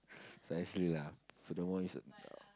so I feel ya furthermore it's uh